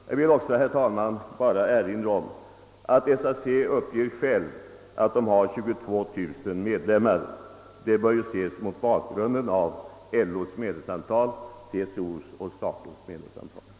Jag vill också erinra om att SAC själv säger sig ha 22000 arbetare och tjänstemän som medlemmar, medan LO, TCO och SACO har helt andra medlemstal.